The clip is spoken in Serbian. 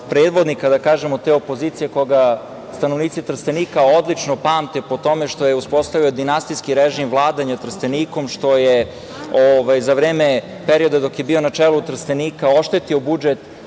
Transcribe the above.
predvodnika, da kažemo te opozicije, koga stanovnici Trstenika odlično pamte po tome što je uspostavio dinastijski režim vladanja Trstenikom, što je za vreme perioda dok je bio na čelu Trstenika oštetio budžet